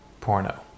Porno